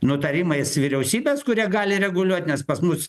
nutarimais vyriausybės kurie gali reguliuot nes pas mus